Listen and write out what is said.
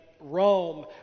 Rome